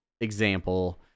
example